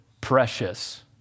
precious